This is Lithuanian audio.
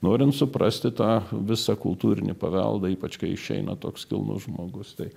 norint suprasti tą visą kultūrinį paveldą ypač kai išeina toks kilnus žmogus tai